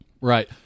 Right